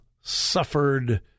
suffered